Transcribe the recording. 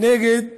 נגד